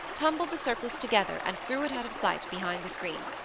tumbled the surplice together, and threw it out of sight behind the screen.